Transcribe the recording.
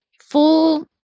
full